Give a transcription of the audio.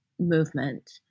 movement